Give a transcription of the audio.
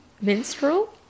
Minstrel